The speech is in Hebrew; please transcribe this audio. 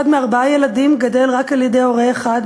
אחד מארבעה ילדים גדל רק על-ידי הורה אחד,